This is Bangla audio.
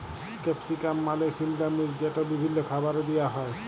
ক্যাপসিকাম মালে সিমলা মির্চ যেট বিভিল্ল্য খাবারে দিঁয়া হ্যয়